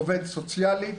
עובדת סוציאלית,